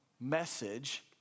message